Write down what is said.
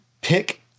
pick